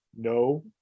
No